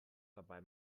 dabei